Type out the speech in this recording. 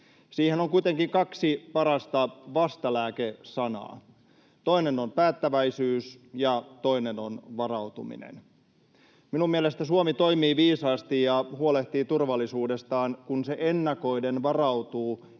Siihen on kuitenkin kaksi parasta vastalääkesanaa: toinen on ”päättäväisyys”, ja toinen on ”varautuminen”. Minun mielestäni Suomi toimii viisaasti ja huolehtii turvallisuudestaan, kun se ennakoiden varautuu